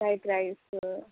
white rice